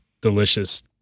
delicious